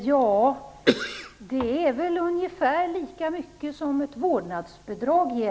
Herr talman! Det är ungefär lika mycket som ett vårdnadsbidrag ger.